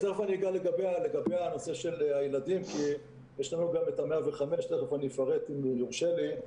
תכף אני אגע בנושא של הילדים כי יש לנו גם את 105. אם יורשה לי,